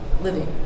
living